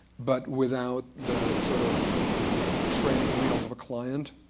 but without the sort of training wheels of a client.